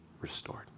restored